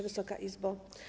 Wysoka Izbo!